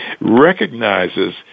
recognizes